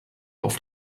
auf